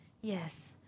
Yes